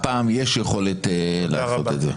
הפעם יש יכולת לעשות את זה.